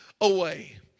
away